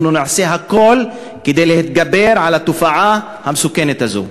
אנחנו נעשה הכול כדי להתגבר על התופעה המסוכנת הזאת.